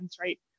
right